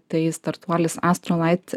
tai startuolis astro light